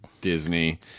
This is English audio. Disney